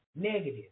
Negative